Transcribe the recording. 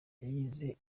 yayize